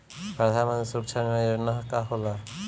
प्रधानमंत्री सुरक्षा बीमा योजना का होला?